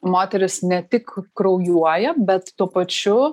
moteris ne tik kraujuoja bet tuo pačiu